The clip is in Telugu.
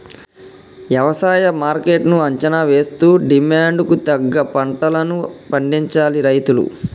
వ్యవసాయ మార్కెట్ ను అంచనా వేస్తూ డిమాండ్ కు తగ్గ పంటలను పండించాలి రైతులు